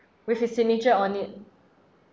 with his signature on it